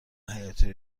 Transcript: حیاتی